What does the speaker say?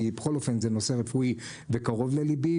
כי בכל אופן זה נושא רפואי וקרוב ללבי,